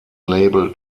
label